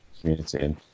community